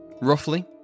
Roughly